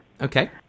Okay